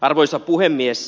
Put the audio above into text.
arvoisa puhemies